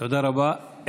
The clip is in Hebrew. תודה רבה.